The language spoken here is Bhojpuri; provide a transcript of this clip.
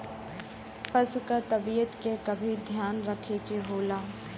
पसु क तबियत के भी ध्यान रखे के होला